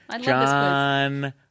John